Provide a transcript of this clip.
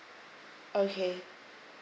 okay